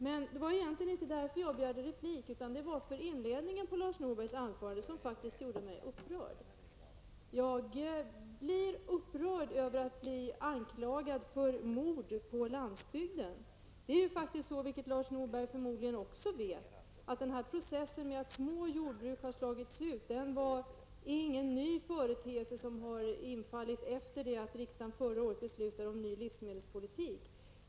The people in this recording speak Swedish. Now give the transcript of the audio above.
Men den egentliga anledningen till att jag begärde replik var inledningen till Lars Norbergs anförande, som faktiskt gjorde mig upprörd. Jag blir upprörd över att anklagas för mord på landsbygden. Som Lars Norberg förmodligen vet är processen med utslagning av små jordbruk inte någon ny företeelse som har inträtt efter det att riksdagen förra året beslutade om en ny livsmedelspolitik.